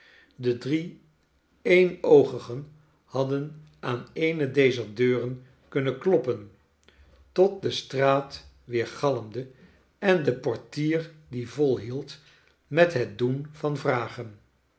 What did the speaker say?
de drie eenoogigen hadden aan eene dezer deuren kunnen kloppen tot de straat weergalmde en de portier die volhield met het doen van vragen